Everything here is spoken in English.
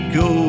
go